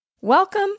Welcome